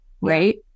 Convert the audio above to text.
right